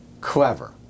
clever